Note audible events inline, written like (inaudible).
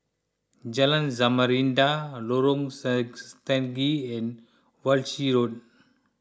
Jalan Samarinda Lorong (unintelligible) Stangee and Walshe Road